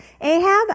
Ahab